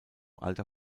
alter